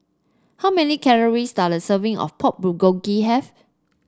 how many calories does a serving of Pork Bulgogi have